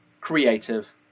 creative